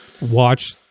watch